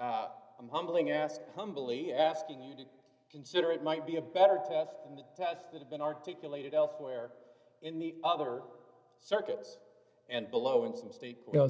and humbling ask humbly asking you to consider it might be a better test in the tests that have been articulated elsewhere in the other circuits and below in some states so